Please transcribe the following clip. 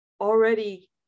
already